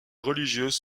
religieuses